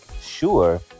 sure